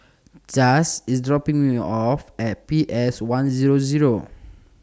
Chaz IS dropping Me off At P S one Zero Zero